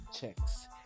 checks